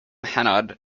hanaud